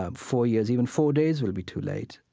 ah four years, even four days will be too late.